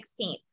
16th